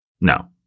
no